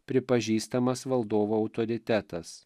pripažįstamas valdovo autoritetas